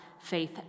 Faith